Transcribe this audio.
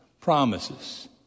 promises